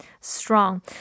strong